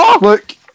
Look